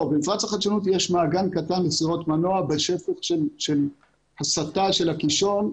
במפרץ החדשנות יש מעגן קטן לסירות מנוע בשפך הסטה של הקישון.